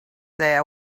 they